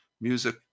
music